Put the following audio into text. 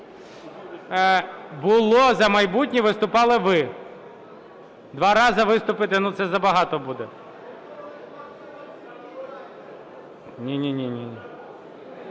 Було "За майбутнє", виступали ви. Два рази виступите? Ну, це забагато буде. Ні-ні,